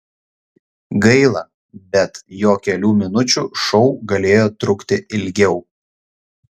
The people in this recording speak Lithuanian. gaila bet jo kelių minučių šou galėjo trukti ilgiau